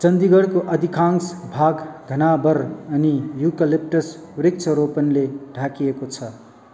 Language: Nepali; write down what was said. चण्डीगढको अधिकांश भाग घना बर अनि युकलिप्टस वृक्षारोपणले ढाकिएको छ